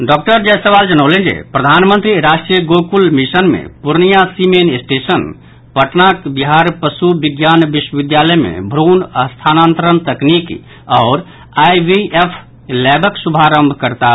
doctor Jaiswal जनौलनि जे Pradhan Mantri Rashtriya Gokul mission मे पूर्णिया सीमेन स्टेशन पटनाक बिहार पशु विज्ञान विश्वविद्यालय मे भ्रूण स्थानांतरण तकनीक आओर आईवीएफ लैबक शुभारंभ करताह